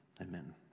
Amen